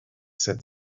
said